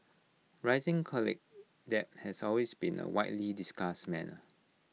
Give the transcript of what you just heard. rising college debt has always been A widely discussed matter